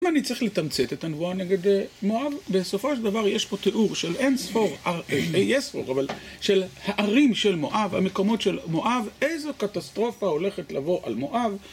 אם אני צריך לתמצת את הנבואה נגד מואב, בסופו של דבר יש פה תיאור של אינספור, ישספור, אבל של הערים של מואב, המקומות של מואב, איזו קטסטרופה הולכת לבוא על מואב.